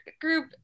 group